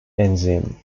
enzyme